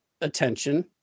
attention